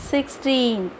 Sixteen